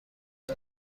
دست